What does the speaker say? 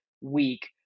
week